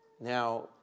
Now